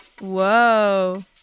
Whoa